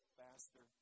faster